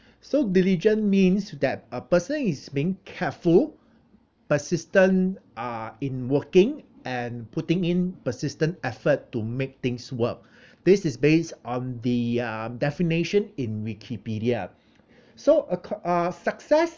so diligent means that a person is being careful persistent uh in working and putting in persistent effort to make things work this is based on the uh definition in Wikipedia so accor~ uh success